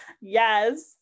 yes